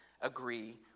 agree